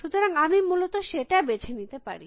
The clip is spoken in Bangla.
সুতরাং আমি মূলত সেটা বেছে নিতে পারি